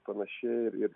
panašiai ir ir